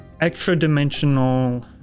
extra-dimensional